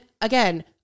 again